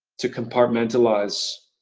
to compartmentalize.